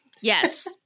Yes